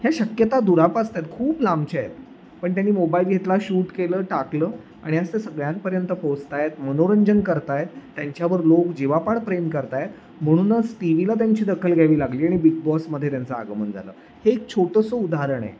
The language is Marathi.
ह्या शक्यता दुरापास्त आहेत खूप लांबचे आहेत पण त्यांनी मोबाईल घेतला शूट केलं टाकलं आणि आज ते सगळ्यांपर्यंत पोहोचत आहेत मनोरंजन करत आहेत त्यांच्यावर लोक जेवापाड प्रेम करत आहेत म्हणूनच टी व्हीला त्यांची दखल घ्यावी लागली आणि बिग बॉसमध्ये त्यांचा आगमन झालं हे एक छोटंसं उदाहरण आहे